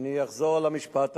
אני אחזור על המשפט האחרון: